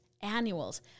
annuals